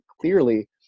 clearly